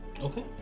Okay